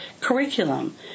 curriculum